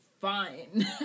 fine